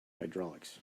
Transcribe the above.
hydraulics